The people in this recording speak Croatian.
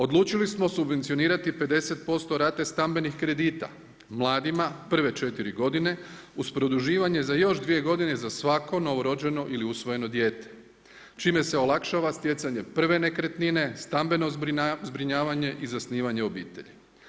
Odlučili smo subvencionirati 50% rate stambenih kredita mladima prve 4 godine, uz produživanje za još 2 godine za svako novorođeno ili usvojeno dijete čime se olakšava stjecanje prve nekretnine, stambeno zbrinjavanje i zasnivanje obitelji.